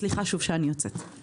סליחה שוב שאני יוצאת.